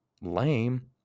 lame